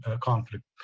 conflict